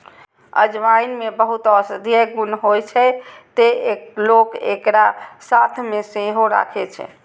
अजवाइन मे बहुत औषधीय गुण होइ छै, तें लोक एकरा साथ मे सेहो राखै छै